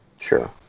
Sure